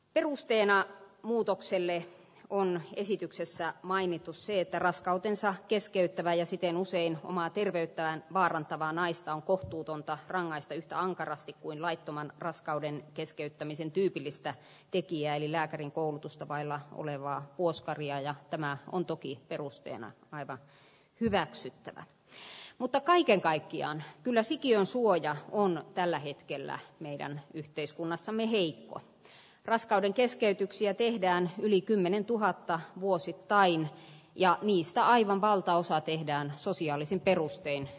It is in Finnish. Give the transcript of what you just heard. perusteena muutokselle on esityksessä mainittu se että raskautensa keskeyttävä ja siten usein omaa terveyttään vaarantavanaista on kohtuutonta rangaista yhtä ankarasti kuin laittoman raskauden keskeyttämisen tyypillistä tikkiä eli lääkärin koulutusta vailla oleva gustavia ja tämän on tukien perusteena oleva hyväksyttävä s mutta kaiken kaikkiaan kylä sikiön suoja on tällä hetkellä meidän yhteiskunnassamme heikko raskauden keskeytyksiä tehdään yli kymmenentuhatta vuosittain ja niistä aivan valtaosa tehdään sosiaalisin perustein